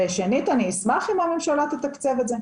ושנית אני אשמח אם הממשלה תתקצב את זה.